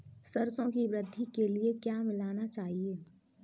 सरसों की वृद्धि के लिए क्या मिलाना चाहिए?